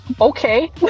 okay